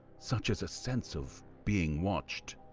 such as a sense of being watched.